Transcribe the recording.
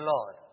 Lord